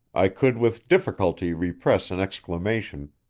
i could with difficulty repress an exclamation,